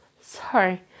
Sorry